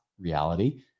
reality